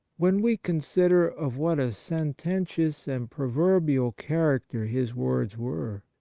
when we con sider of what a sententious and proverbial character his words were,